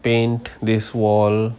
paint this wall